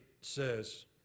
says